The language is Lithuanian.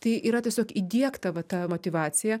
tai yra tiesiog įdiegta va ta motyvacija